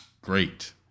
Great